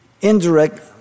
indirect